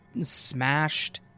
smashed